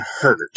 hurt